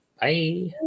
Bye